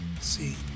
see